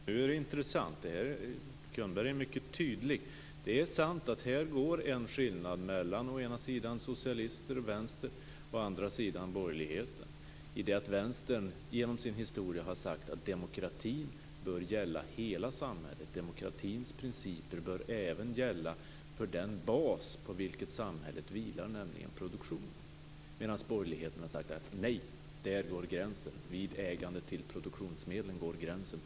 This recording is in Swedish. Fru talman! Nu blir det intressant. Bo Könberg är mycket tydlig. Det är sant att det finns en skillnad här mellan å ena sidan socialister och vänster och å andra sidan borgerligheten. Vänstern har genom sin historia sagt att demokratin bör gälla hela samhället. Demokratins principer bör även gälla för den bas på vilken samhället vilar, nämligen produktionen. Borgerligheten har däremot sagt gränsen för demokratin går vid ägandet av produktionsmedlen.